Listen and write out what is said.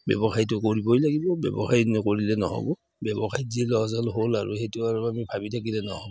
ব্যৱসায়টো কৰিবই লাগিব ব্যৱসায় নকৰিলে নহ'ব ব্যৱসায়ত যি লছ হ'ল হ'ল আৰু সেইটো আৰু আমি ভাবি থাকিলে নহ'ব